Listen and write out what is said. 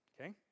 okay